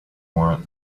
warrant